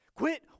Quit